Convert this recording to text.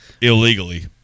illegally